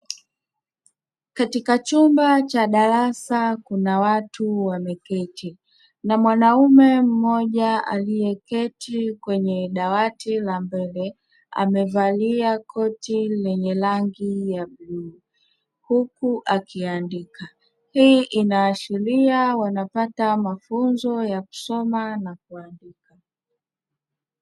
Katika chumba cha darasa kuna watu wameketi na mwanaume mmoja aliyeketi kwenye dawati la mbele, amevalia koti lenye rangi ya bluu huku akiandika hii inaashiria wanapata mafunzo ya kusoma na kuandika.